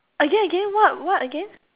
again again what what again